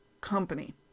Company